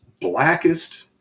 blackest